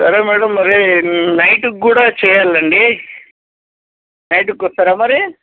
సరే మేడం మరి నైట్కి కూడా చేయాలండి నైట్కి వస్తారా మరి